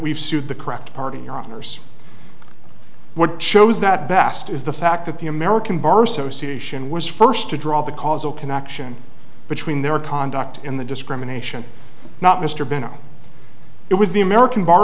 we've sued the correct party your honour's what shows that best is the fact that the american bar association was first to draw the causal connection between their conduct in the discrimination not mr bennett it was the american bar